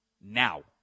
now